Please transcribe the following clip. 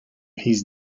his